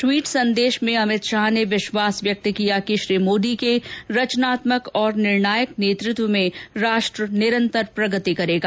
tweet संदेश में अमित शाह ने विश्वास व्यक्त किया कि श्री मोदी के रचनात्मक और निर्णायक नेतृत्व में राष्ट्र निरंतर प्रगति करेगा